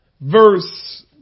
verse